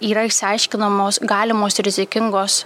yra išsiaiškinamos galimos rizikingos